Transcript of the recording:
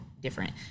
different